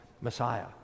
Messiah